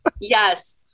yes